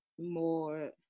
more